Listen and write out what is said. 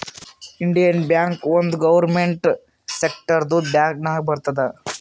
Indian bank ಒಂದ್ government ಸೆಕ್ಟರ್ದು bank ನಾಗ್ ಬರ್ತುದ್